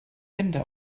wände